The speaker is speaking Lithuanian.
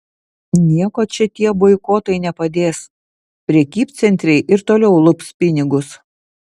nieko čia tie boikotai nepadės prekybcentriai ir toliau lups pinigus